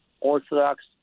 orthodox